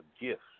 gifts